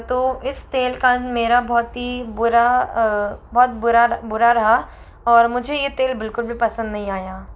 तो इस तेल का मेरा बहुत ही बुरा बहुत बुरा बुरा रहा और मुझे ये तेल बिल्कुल भी पसंद नहीं आया